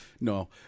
no